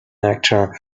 actor